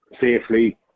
safely